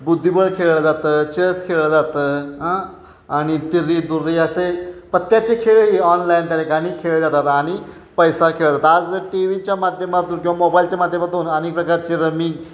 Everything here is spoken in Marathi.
बुद्धिबळ खेळलं जातं चेस खेळलं जातं आं आणि तिरी दुर्री असे पत्त्याचे खेळही ऑनलाईन त्या ठिकाणी खेळले जातात आणि पैसा खेळल्या जातात आज टीव्हीच्या माध्यमातून किंवा मोबाईलच्या माध्यमातून अनेक प्रकारची रमी